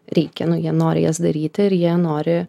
reikia nu jie nori jas daryti ir jie nori